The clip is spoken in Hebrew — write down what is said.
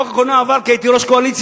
חוק הקולנוע עבר כי הייתי ראש הקואליציה,